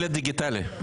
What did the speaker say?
שלט דיגיטלי.